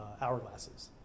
hourglasses